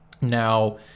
Now